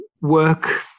work